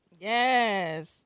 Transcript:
Yes